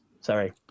sorry